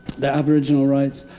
their aboriginal rights,